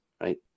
right